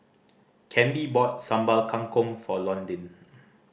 Candy bought Sambal Kangkong for Londyn